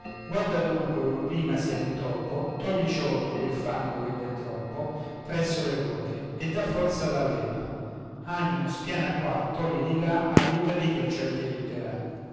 guarda dunque ove prima sia l'intoppo togli i ciottoli e il fango che v'è troppo presso le ruote e da forza alla leva animo spiana qua togli di là aiutati che il ciel ti aiuterà